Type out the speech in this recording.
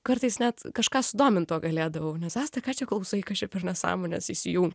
kartais net kažką sudomint tuo galėdavau nes asta ką čia klausai kas čia ir nesąmones įsijunk